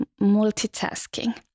multitasking